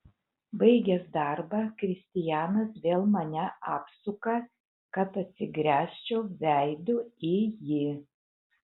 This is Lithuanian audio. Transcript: baigęs darbą kristianas vėl mane apsuka kad atsigręžčiau veidu į jį